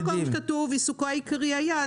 בכל מקום שכתוב "עיסוקו העיקרי היה",